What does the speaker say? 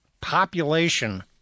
population